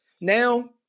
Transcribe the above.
now